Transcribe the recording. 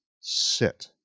sit